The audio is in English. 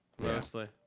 Mostly